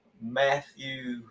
Matthew